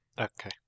Okay